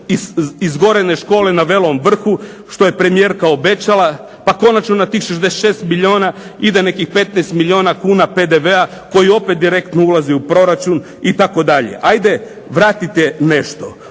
izgorene škole na Velom Vrhu što je premijerka obećala pa konačno na tih 66 milijuna ide nekih 15 milijuna kuna PDV-a koji opet direktno ulazi u proračun itd. Ajde vratite nešto.